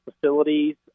facilities